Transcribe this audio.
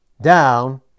down